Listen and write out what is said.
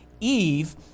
Eve